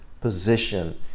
position